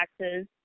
taxes